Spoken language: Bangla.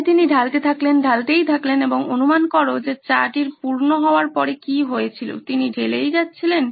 তাই তিনি ঢালতে থাকলেন ঢালতেই থাকলেন এবং অনুমান করো যে চা টির পূর্ণ হওয়ার পরে কী হয়েছিল তিনি ঢেলেই যাচ্ছিলেন